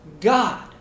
God